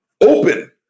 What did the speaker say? Open